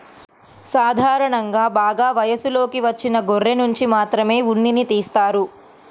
సాధారణంగా బాగా వయసులోకి వచ్చిన గొర్రెనుంచి మాత్రమే ఉన్నిని తీస్తారు